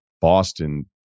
Boston